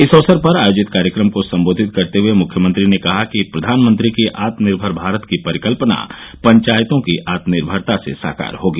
इस अवसर पर आयोजित कार्यक्रम को सम्बोधित करते हए मुख्यमंत्री ने कहा कि प्रधानमंत्री की आत्मनिर्भर भारत की परिकल्यना पंचायतों की आत्मनिर्भरता से साकार होगी